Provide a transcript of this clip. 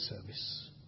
service